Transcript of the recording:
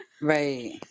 Right